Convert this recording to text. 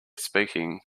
speaking